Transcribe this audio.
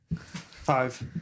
Five